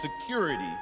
security